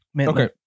Okay